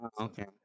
Okay